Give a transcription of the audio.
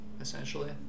essentially